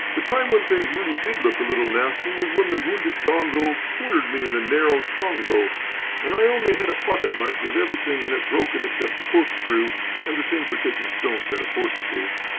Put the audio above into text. the time when things really did look a little nasty was when the wounded gongo cornered me in a narrow tongo and i only had a pocket-knife with everything in it broken except the corkscrew and the thing for taking stones out of horses' hoofs.